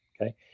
Okay